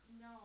No